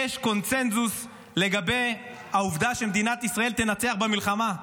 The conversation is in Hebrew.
יש קונסנזוס לגבי העובדה שמדינת ישראל תנצח במלחמה,